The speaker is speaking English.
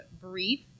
brief